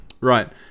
Right